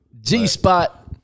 G-Spot